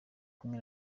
kumwe